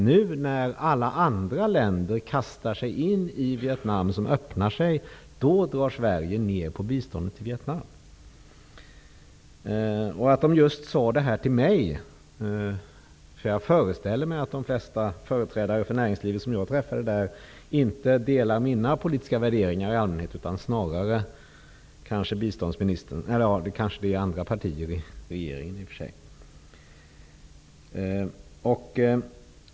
När alla andra länder kastar sig in i Vietnam, som öppnar sig, då drar Sverige ner på biståndet till Vietnam. Det kändes märkligt att de sade det just till mig. Jag föreställer mig att de flesta av de företrädare för näringslivet som jag träffade där inte delar mina politiska värderingar utan snarare biståndsministerns eller de som andra partier i regeringen står för.